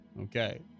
Okay